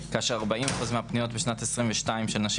כאשר 40% מהפניות בשנת 2022 של נשים